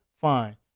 Fine